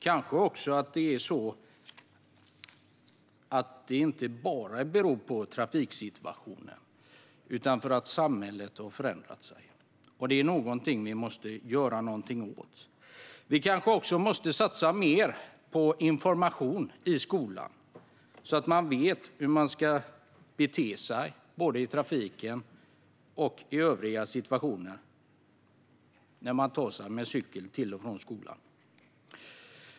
Det kanske inte bara beror på trafiksituationen utan på att samhället har förändrats. Det måste vi göra någonting åt. Vi måste kanske också satsa mer på information i skolan, så att man vet hur man ska bete sig både i trafiken och i övriga situationer när man tar sig med cykel till och från skolan.